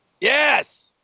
Yes